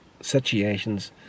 situations